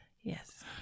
Yes